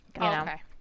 Okay